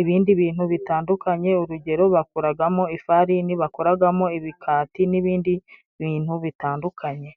ibindi bintu bitandukanye, urugero bakoraragamo ifarini bakoragamo ibikati n'ibindi bintu bitandukanye.